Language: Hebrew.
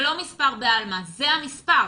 זה לא מספר בעלמא, זה המספר.